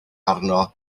arno